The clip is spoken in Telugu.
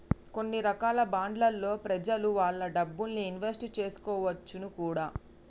కొన్ని రకాల బాండ్లలో ప్రెజలు వాళ్ళ డబ్బుల్ని ఇన్వెస్ట్ చేసుకోవచ్చును కూడా